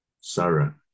Sarah